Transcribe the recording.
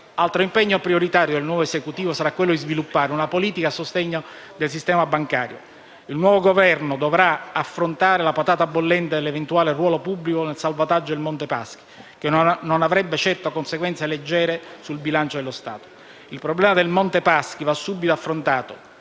Altro impegno prioritario del nuovo Esecutivo sarà quello di sviluppare una politica a sostegno del sistema bancario. Il nuovo Governo dovrà affrontare la patata bollente dell'eventuale ruolo pubblico nel salvataggio del Monte Paschi, che non avrebbe certo conseguenze leggere sul bilancio dello Stato. Il problema del Monte Paschi va subito affrontato